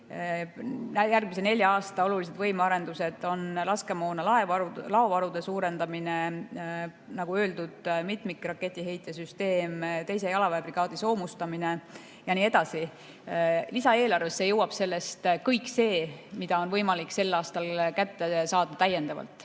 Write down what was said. Järgmise nelja aasta olulised võimearendused on laskemoona laovarude suurendamine, nagu öeldud, mitmikraketiheitja süsteem, 2. jalaväebrigaadi soomustamine ja nii edasi. Lisaeelarvesse jõuab sellest kõik see, mida on võimalik sel aastal täiendavalt